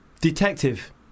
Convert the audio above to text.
detective